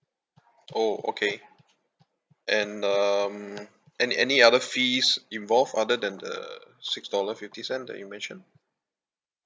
oh okay and um any any other fees involved other than the six dollar fifty cent that you mentioned